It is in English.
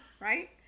right